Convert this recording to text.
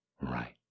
right